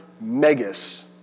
megas